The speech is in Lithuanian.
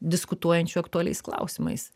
diskutuojančių aktualiais klausimais